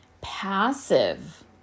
passive